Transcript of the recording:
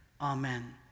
Amen